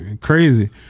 Crazy